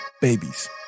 Babies